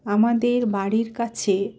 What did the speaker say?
আমাদের বাড়ির কাছে